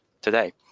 today